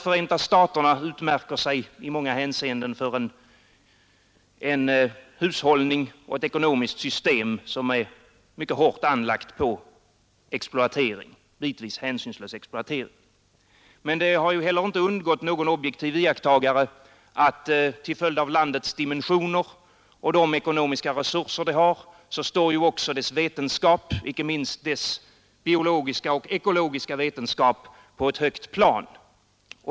Förenta staterna utmärker sig i många avseenden för ett ekonomiskt system som är mycket hårt anlagt på en bitvis hänsynslös exploatering. Men det har heller inte undgått någon objektiv iakttagare att till följd av landets dimensioner och de ekonomiska resurser det har så står ju också dess vetenskap — icke minst dess biologiska och ekologiska vetenskap — på ett högt plan.